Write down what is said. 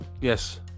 Yes